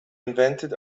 invented